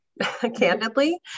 candidly